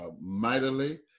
mightily